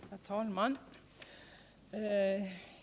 Herr talman!